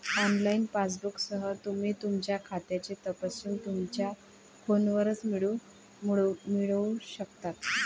online पासबुकसह, तुम्ही तुमच्या खात्याचे तपशील तुमच्या फोनवरच मिळवू शकता